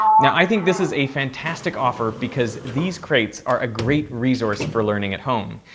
now, i think this is a fantastic offer because these crates are a great resource for learning at home,